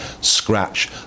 scratch